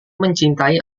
mencintai